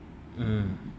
mmhmm